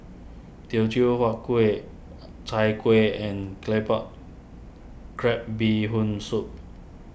Teochew Huat Kuih Chai Kueh and Claypot Crab Bee Hoon Soup